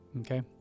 Okay